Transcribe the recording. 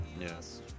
yes